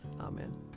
Amen